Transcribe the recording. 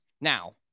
Now